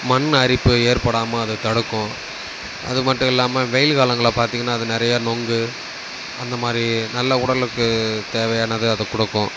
மண் அரிப்பு ஏற்படாமல் அது தடுக்கும் அது மட்டும் இல்லாமல் வெயில் காலங்களில் பார்த்திங்கன்னா அது நிறையா நுங்கு அந்தமாதிரி நல்ல உடலுக்கு தேவையானதை அது கொடுக்கும்